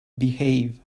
behave